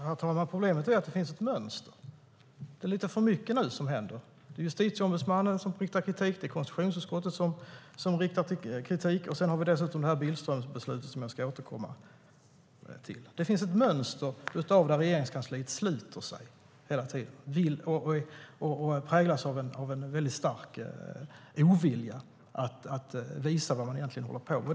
Herr talman! Problemet är att det finns ett mönster. Det är lite för mycket som händer nu. Justitieombudsmannen riktar kritik; konstitutionsutskottet riktar kritik. Vi har dessutom Billströmbeslutet som jag ska återkomma till. Det finns ett mönster av att Regeringskansliet hela tiden sluter sig och präglas av en stark ovilja att visa vad man egentligen håller på med.